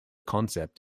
concept